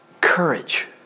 Courage